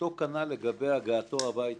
אותו כנ"ל לגבי הגעתו הביתה,